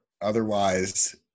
otherwise